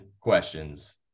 questions